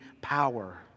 power